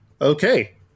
Okay